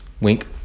Wink